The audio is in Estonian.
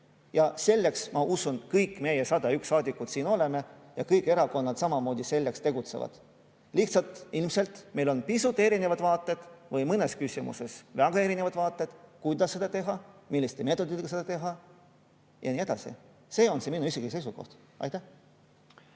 Ja selleks, ma usun, kõik meie, 101 saadikut, siin oleme ja kõik erakonnad samamoodi selle nimel tegutsevad. Lihtsalt ilmselt on meil pisut erinevad vaated ja mõnes küsimuses väga erinevad vaated, kuidas seda teha, milliste meetoditega seda teha ja nii edasi. See on minu isiklik seisukoht. Alar